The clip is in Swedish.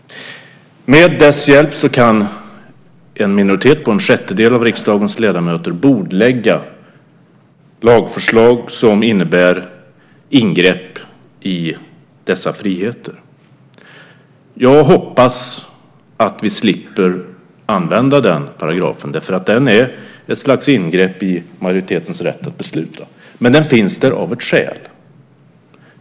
Med dess hjälp kan en minoritet på en sjättedel av riksdagens ledamöter bordlägga lagförslag som innebär ingrepp i dessa friheter. Jag hoppas att vi slipper använda den paragrafen, för den är ett slags ingrepp i majoritetens rätt att besluta. Men den finns där av ett skäl.